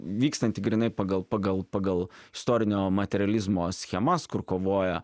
vykstantį grynai pagal pagal pagal istorinio materializmo schemas kur kovoja